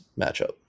matchup